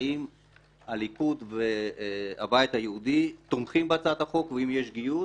האם הליכוד והבית היהודי תומכים בהצעת החוק ואם יש גיוס